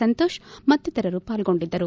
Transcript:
ಸಂತೋಷ್ ಮಕ್ತಿತರರು ಪಾಲ್ಗೊಂಡಿದ್ದರು